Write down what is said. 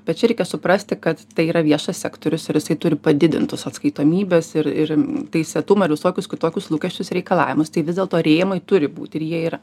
bet čia reikia suprasti kad tai yra viešas sektorius ir jisai turi padidintus atskaitomybės ir ir teisėtumą ir visokius kitokius lūkesčius reikalavimus tai vis dėlto rėmai turi būti ir jie yra